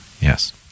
yes